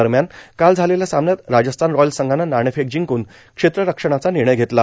दरम्यान काल झालेल्या सामन्यात राजस्थान रॉयल्स संघानं नाणेफेक जिंकूण क्षेत्ररक्षणाचा निर्णय घेतला